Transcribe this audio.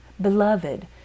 Beloved